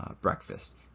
Breakfast